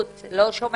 זו גם